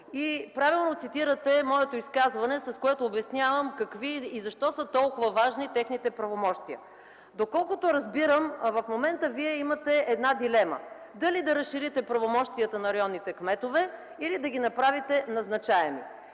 Правилно цитирате моето изказване, с което обяснявам защо са важни толкова техните правомощия. Доколкото разбирам, в момента вие имате една дилема – дали да разширите правомощията на районните кметове или да ги направите назначаеми.